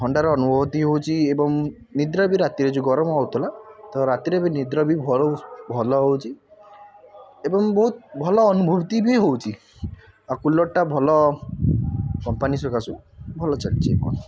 ଥଣ୍ଡାର ଅନୁଭୂତି ହେଉଛି ଏବଂ ନିଦ୍ରା ବି ରାତିରେ ଜେଉନ ଗରମ ହଏଉଥିଲା ତ ରାତିରେ ବି ନିଦ୍ରା ବି ଭଲ ହେଉଛି ଏବଂ ବହୁତ ଭଲ ଅନୁଭୂତି ବି ହେଉଛି ଆଉ କୁଲର୍ଟା ଭଲ କମ୍ପାନୀ ସକାଶେ ଭଲ ଚାଲିଛି ମୋର